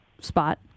spot